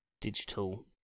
digital